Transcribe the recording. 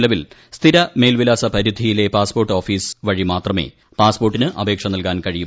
നിലവിൽ സ്ഥിര മേൽവിലാസ പരിധിയിലെ പാസ്പോർട്ട് ഓഫീസ് വഴി മാത്രമേ പാസ്പോർട്ടിന് അപേക്ഷ നൽകാൻ കഴിയുമായിരുന്നുള്ളൂ